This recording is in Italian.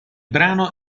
brano